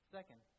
Second